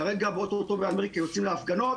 כרגע יוצאים להפגנות.